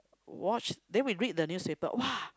watch then we read the newspaper !wah!